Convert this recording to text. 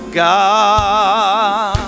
god